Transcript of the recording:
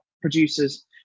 producers